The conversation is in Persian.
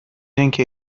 اینکه